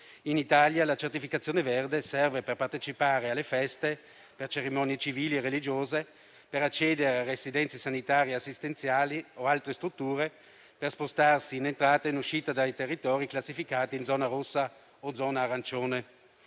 In Italia la certificazione verde serve per partecipare alle feste, per cerimonie civili e religiose, per accedere a residenze sanitarie assistenziali o altre strutture, nonché per spostarsi in entrata e in uscita dai territori classificati in zona rossa o arancione.